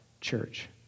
church